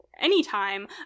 anytime